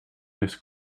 heeft